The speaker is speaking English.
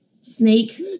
Snake